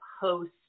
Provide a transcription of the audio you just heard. host